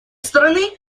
стороны